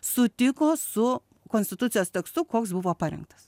sutiko su konstitucijos tekstu koks buvo parengtas